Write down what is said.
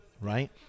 right